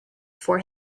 for